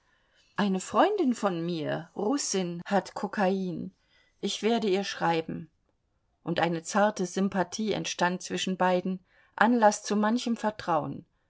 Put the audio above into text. eine freundin von mir russin hat kokain ich werde ihr schreiben und eine zarte sympathie entstand zwischen beiden anlaß zu manchem vertrauen